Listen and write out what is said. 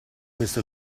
questo